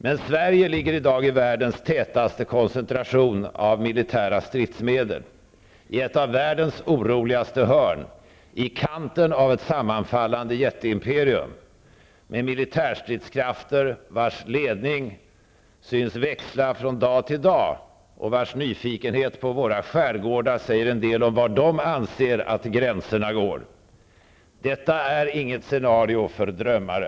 Men Sverige ligger i dag i världens tätaste koncentration av militära stridsmedel, i ett av världens oroligaste hörn, i kanten av ett sammanfallande jätteimperium med militärstridskrafter vars ledning syns växla från dag till dag och vars nyfikenhet på våra skärgårdar säger en del om var denna ledning anser att gränserna går. Detta är inget scenario för drömmare.